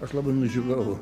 aš labai nudžiugau